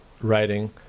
writing